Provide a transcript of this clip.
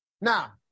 Now